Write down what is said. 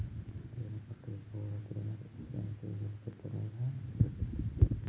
తేనెపట్టు ఎక్కువగా తేనెటీగలు చెట్ల మీద పెడుతుంటాయి